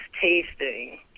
tasting